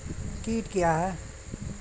कीट क्या है?